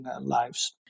lives